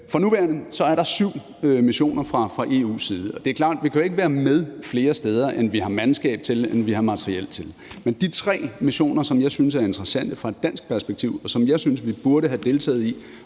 For nuværende er der syv missioner fra EU's side. Det er klart, at vi ikke kan være med flere steder, end vi har mandskab til eller har materiel til. Men de tre missioner, som jeg synes er interessante i et dansk perspektiv, og som jeg synes vi burde have deltaget i